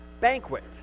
banquet